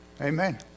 Amen